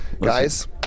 guys